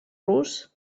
rus